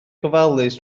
gofalus